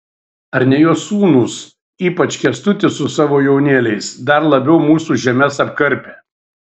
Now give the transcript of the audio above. ar ne jo sūnūs ypač kęstutis su savo jaunėliais dar labiau mūsų žemes apkarpė